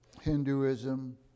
Hinduism